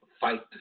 fight